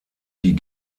die